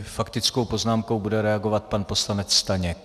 Faktickou poznámkou bude reagovat pan poslanec Staněk.